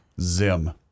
Zim